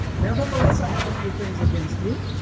nevertheless i have a few things against you,